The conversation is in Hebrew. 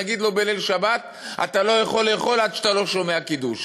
נגיד לו בליל שבת: אתה לא יכול לאכול עד שאתה לא שומע קידוש.